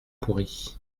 pourries